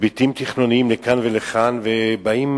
היבטים תכנוניים לכאן ולכאן, ובאים